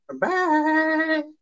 Bye